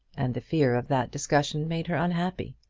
and the fear of that discussion made her unhappy.